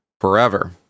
forever